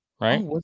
Right